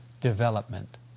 development